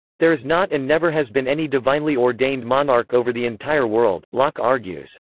there is not and never has been any divinely ordained monarch over the entire world, locke argues.